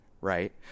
right